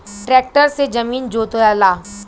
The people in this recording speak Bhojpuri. ट्रैक्टर से जमीन जोताला